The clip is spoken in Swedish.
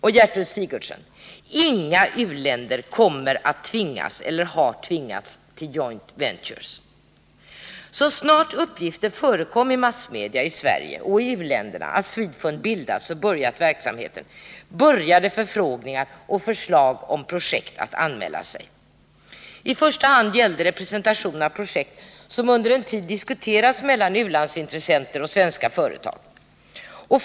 Och, Gertrud Sigurdsen, inga u-länder kommer att tvingas eller har tvingats till joint ventures. Så snart uppgifter hade förekommit i massmedia i Sverige och i u-länderna om att SVEDFUND hade bildats och börjat verksamheten, anmälde sig förfrågningar och förslag om projekt. I första hand gällde det presentation av projekt som under en tid hade diskuterats mellan u-landsintressenter och svenska företag.